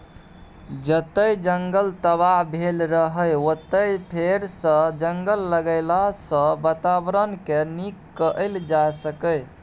जतय जंगल तबाह भेल रहय ओतय फेरसँ जंगल लगेलाँ सँ बाताबरणकेँ नीक कएल जा सकैए